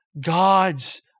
God's